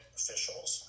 officials